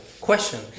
Question